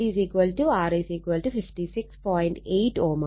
8 Ω ആണ്